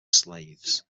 slaves